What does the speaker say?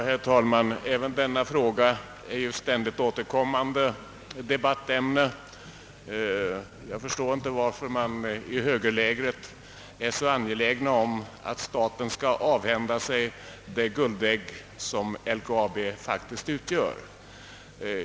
Herr talman! Även denna fråga är ett ständigt återkommande debattämne. Jag förstår inte varför man i högerlägret är så angelägen om att staten skall avhända sig det guldägg som LKAB faktiskt är.